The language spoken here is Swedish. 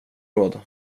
råd